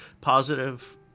positive